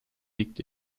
liegt